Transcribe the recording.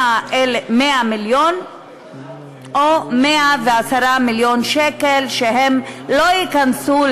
מיליון ל-110 מיליון שקל שלא ייכנסו,